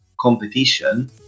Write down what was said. competition